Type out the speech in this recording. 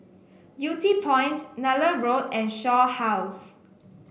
Yew Tee Point Nallur Road and Shaw House